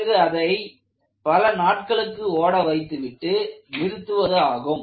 பிறகு அதை பல நாட்களுக்கு ஓட வைத்துவிட்டு நிறுத்துவது ஆகும்